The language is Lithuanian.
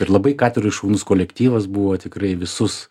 ir labai katedroj šaunus kolektyvas buvo tikrai visus